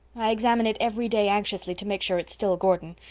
i examine it every day anxiously to make sure it's still gordon.